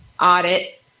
audit